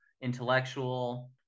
intellectual